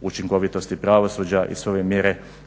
učinkovitosti pravosuđa i sve ove